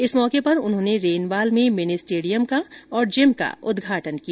इस मौके पर उन्होंने रेनवाल में मिनी स्टेडियम का और जिम का उद्घाटन किया